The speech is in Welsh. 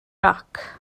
roc